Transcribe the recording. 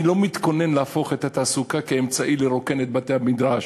אני לא מתכונן להפוך את התעסוקה לאמצעי לרוקן את בתי-המדרש,